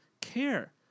care